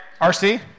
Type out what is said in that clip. RC